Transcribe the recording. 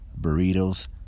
Burritos